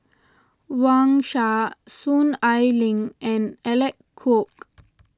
Wang Sha Soon Ai Ling and Alec Kuok